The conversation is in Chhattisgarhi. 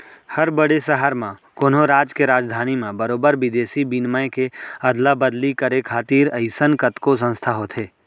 हर बड़े सहर म, कोनो राज के राजधानी म बरोबर बिदेसी बिनिमय के अदला बदली करे खातिर अइसन कतको संस्था होथे